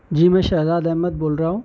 جی میں شہزاد احمد بول رہا ہوں